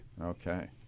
Okay